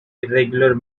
irregular